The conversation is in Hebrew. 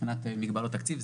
מבחינת מגבלות תקציב.